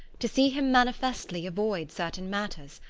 to see him manifestly avoid certain matters,